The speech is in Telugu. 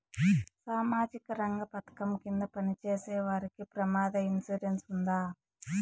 సామాజిక రంగ పథకం కింద పని చేసేవారికి ప్రమాద ఇన్సూరెన్సు ఉందా?